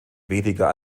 weniger